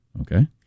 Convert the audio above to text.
Okay